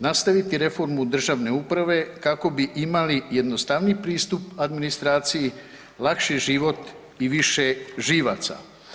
Nastaviti reformu državne uprave kako bi imali jednostavniji pristup administraciji, lakši život i više živaca.